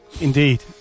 indeed